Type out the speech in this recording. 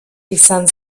izan